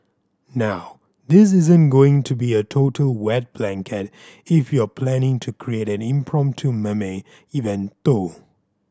now this isn't going to be a total wet blanket if you're planning to create an impromptu meme event though